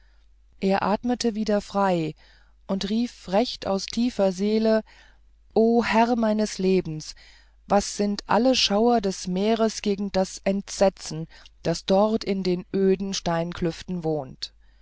er atmete wieder frei und rief recht aus tiefer seele o herr meines lebens was sind alle schauer des meeres gegen das entsetzen was dort in dem öden steingeklüft wohnt